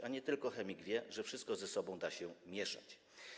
A nie tylko chemik wie, że nie wszystko ze sobą da się mieszać.